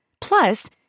Plus